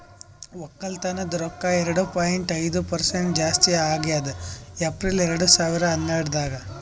ಒಕ್ಕಲತನದ್ ರೊಕ್ಕ ಎರಡು ಪಾಯಿಂಟ್ ಐದು ಪರಸೆಂಟ್ ಜಾಸ್ತಿ ಆಗ್ಯದ್ ಏಪ್ರಿಲ್ ಎರಡು ಸಾವಿರ ಹನ್ನೆರಡರಾಗ್